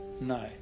no